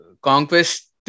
conquest